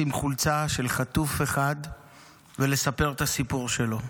חולצה של חטוף אחד ולספר את הסיפור שלו.